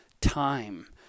time